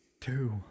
two